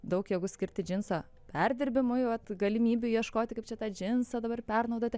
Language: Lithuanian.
daug jėgų skirti džinso perdirbimui va galimybių ieškoti kaip čia tą džinsą dabar pernaudoti